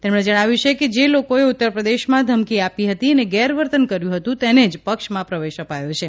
તેમણે જણાવ્યું છે કે જે લોકોએ ઉત્તરપ્રદેશમાં ધમકી આપી હતી અને ગેરવર્તન કર્યું હતું તેને જ પક્ષમાં પ્રવેશ અપાયો છે